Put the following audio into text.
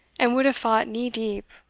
and would have fought knee-deep,